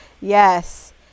Yes